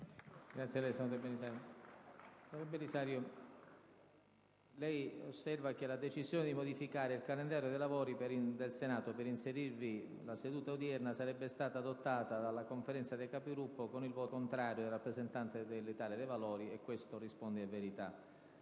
apre una nuova finestra"). Senatore Belisario, lei osserva che la decisione di modificare il calendario dei lavori del Senato per inserirvi la seduta odierna sarebbe stata adottata dalla Conferenza dei Capigruppo con il voto contrario del rappresentante dell'Italia dei Valori, il che risponde a verità.